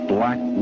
black